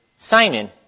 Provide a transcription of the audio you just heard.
Simon